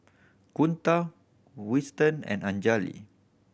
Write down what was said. Kunta Weston and Anjali